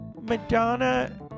Madonna